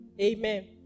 Amen